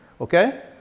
okay